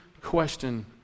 question